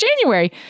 January